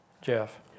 Jeff